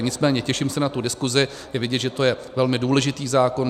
Nicméně těším se na tu diskuzi, je vidět, že je to velmi důležitý zákon.